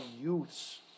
youths